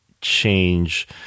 change